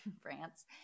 France